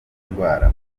ndwara